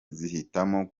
zihitamo